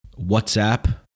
WhatsApp